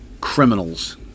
criminals